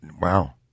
wow